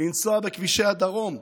לנסוע בכבישי הדרום,